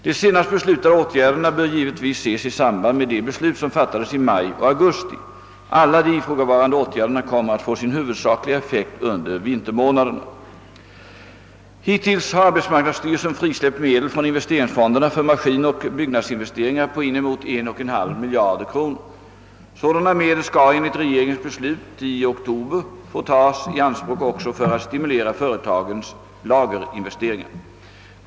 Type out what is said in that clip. De senast beslutade åtgärderna bör givetvis ses i samband med de beslut som fattades i maj och augusti. Alla de ifrågavarande åtgärderna kommer att få sin huvudsakliga effekt under vintermånaderna. Hittills har arbetsmarknadsstyrelsen frisläppt medel från investeringsfonderna för maskinoch byggnadsinvesteringar på inemot 1,5 miljard kronor. Sådana medel skall enligt regeringens beslut i oktober få tas i anspråk också för att stimulera företagens lagerinvesteringar.